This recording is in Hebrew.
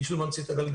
איש לא ממציא את הגלגל.